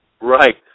Right